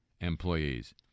employees